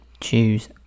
choose